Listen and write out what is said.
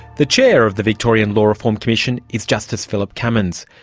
the chair of the victorian law reform commission is justice philip cummins.